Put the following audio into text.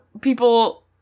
people